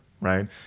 right